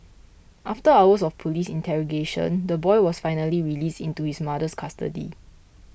after hours of police interrogation the boy was finally released into his mother's custody